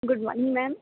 good morning ma'am